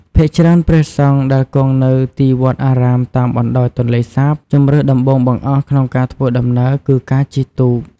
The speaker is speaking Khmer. ភាគច្រើនព្រះសង្ឃដែលគង់នៅទីវត្តអារាមតាមបណ្ដោយទន្លេសាប ជម្រើសដំបូងបង្អស់ក្នុងការធ្វើដំណើរគឺការជិះទូក។